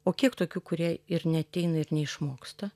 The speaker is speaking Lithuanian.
o kiek tokių kurie ir neateina ir neišmoksta